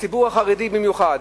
בציבור החרדי במיוחד,